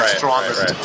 strongest